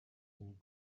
and